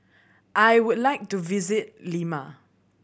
I would like to visit Lima